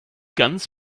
ganz